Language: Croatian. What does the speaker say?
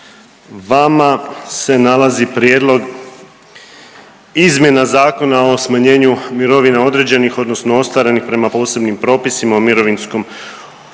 vama se nalazi Prijedlog izmjena Zakona o smanjenju mirovina određenih odnosno ostvarenih prema posebnim propisima o mirovinskom